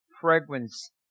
fragrance